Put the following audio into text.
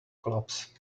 collapse